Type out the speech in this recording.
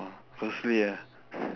oh ah